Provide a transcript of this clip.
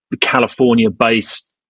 california-based